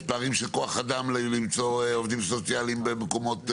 יש פערים של כוח אדם למצוא עובדים סוציאליים במקומות,